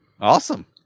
Awesome